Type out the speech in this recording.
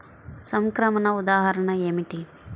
సంక్రమణ ఉదాహరణ ఏమిటి?